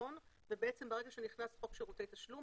ובעצם שנכנס חוק שירותי תשלום,